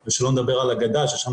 או שהם